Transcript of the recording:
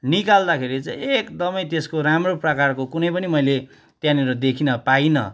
निकाल्दाखेरि चाहिँ एकदमै त्यसको राम्रो प्रकारको कुनै पनि मैले त्यहाँनिर देखिनँ पाइनँ